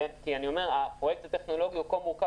כי הפרויקט הטכנולוגי הוא כה מורכב,